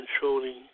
controlling